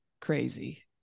crazy